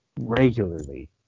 regularly